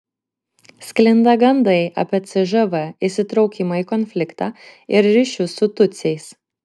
sklinda gandai apie cžv įsitraukimą į konfliktą ir ryšius su tutsiais